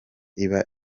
iba